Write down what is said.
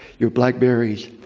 your blackberrys,